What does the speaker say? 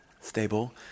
stable